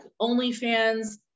OnlyFans